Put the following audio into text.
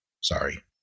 Sorry